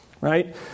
right